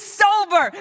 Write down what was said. sober